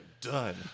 done